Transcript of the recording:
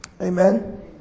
Amen